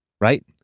right